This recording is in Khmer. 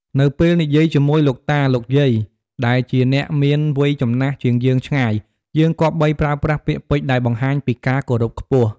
នៅពេលនិយាយជាមួយលោកតា លោកយាយ ដែលជាអ្នកមានវ័យចំណាស់ជាងយើងឆ្ងាយ យើងគប្បីប្រើប្រាស់ពាក្យពេចន៍ដែលបង្ហាញពីការគោរពខ្ពស់។